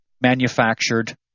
manufactured